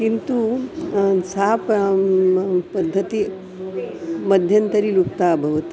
किन्तु सा पा पद्धतिः मध्यन्तरिलुप्ता अभवत्